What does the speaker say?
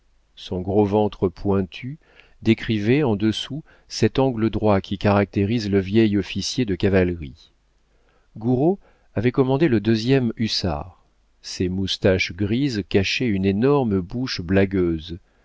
son gros ventre pointu décrivait en dessous cet angle droit qui caractérise le vieil officier de cavalerie gouraud avait commandé le deuxième hussards ses moustaches grises cachaient une énorme bouche blagueuse